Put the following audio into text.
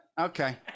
Okay